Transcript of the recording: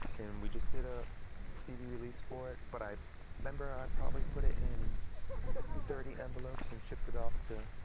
and we just did a cd release for it, but i remember i probably put it in thirty envelopes and shipped it off to,